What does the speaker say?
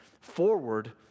forward